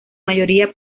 mayoría